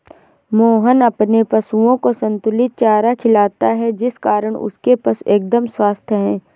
मोहन अपने पशुओं को संतुलित चारा खिलाता है जिस कारण उसके पशु एकदम स्वस्थ हैं